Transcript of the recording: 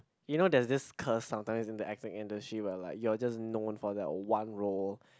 you know there is this curse sometimes in this acting industry where like you will just known for that one role